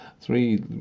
three